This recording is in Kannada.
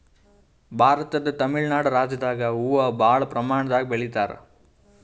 ಭಾರತದ್ ತಮಿಳ್ ನಾಡ್ ರಾಜ್ಯದಾಗ್ ಹೂವಾ ಭಾಳ್ ಪ್ರಮಾಣದಾಗ್ ಬೆಳಿತಾರ್